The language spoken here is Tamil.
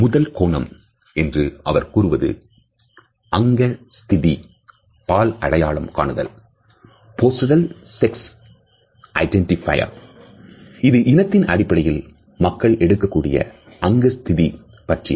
முதல் கோணம் என்று அவர் கூறுவது அங்க ஸ்திதி பால் அடையாளம் காணுதல் இது இனத்தின் அடிப்படையில் மக்கள் எடுக்கக்கூடிய அங்க ஸ்திதி பற்றியது